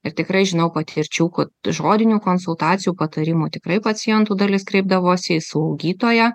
ir tikrai žinau patvirčiukų žodinių konsultacijų patarimų tikrai pacientų dalis kreipdavosi į slaugytoją